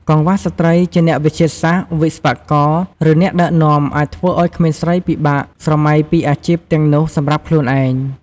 កង្វះស្ត្រីជាអ្នកវិទ្យាសាស្ត្រ វិស្វករ ឬអ្នកដឹកនាំអាចធ្វើឱ្យក្មេងស្រីពិបាកស្រមៃពីអាជីពទាំងនោះសម្រាប់ខ្លួនឯង។